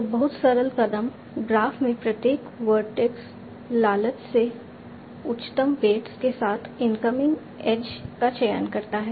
तो बहुत सरल कदम ग्राफ में प्रत्येक वर्टेक्स लालच से उच्चतम वेट्स के साथ इनकमिंग एज का चयन करता है